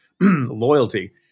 loyalty